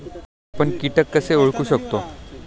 आपण कीटक कसे ओळखू शकतो?